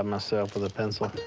ah myself with a pencil.